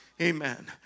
Amen